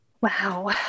Wow